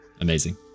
Amazing